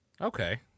okay